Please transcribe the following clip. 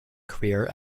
career